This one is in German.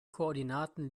koordinaten